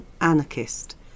anarchist